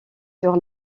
sur